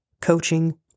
coaching